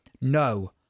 No